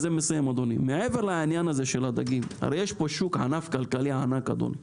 מעבר לעניין הדגים, הרי יש פה ענף כלכלי גדול.